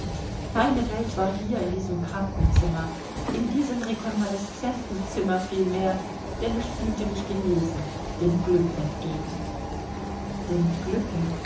meine welt war hier in diesem krankenzimmer in diesem rekonvalescentenzimmer vielmehr denn ich fühlte mich genesen dem glück entgegen dem glücke